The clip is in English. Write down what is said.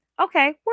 okay